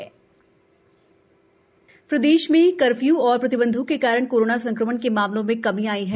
प्रदेश corona प्रदेश में curfew और प्रतिबंधों के कारण कोरोना संक्रमण के मामलों में कमी आई है